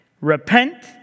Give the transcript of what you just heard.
Repent